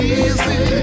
easy